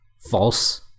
False